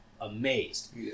amazed